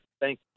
Thank